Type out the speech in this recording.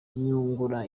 nyungura